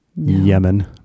Yemen